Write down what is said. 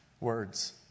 words